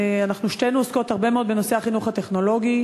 אנחנו שתינו עוסקות הרבה מאוד בנושא החינוך הטכנולוגי,